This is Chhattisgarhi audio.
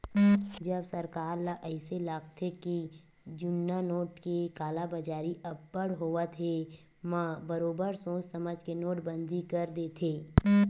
जब सरकार ल अइसे लागथे के जुन्ना नोट के कालाबजारी अब्बड़ होवत हे म बरोबर सोच समझ के नोटबंदी कर देथे